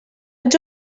ets